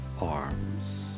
arms